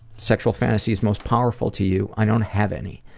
sexual fantasies most powerful to you? i don't have any.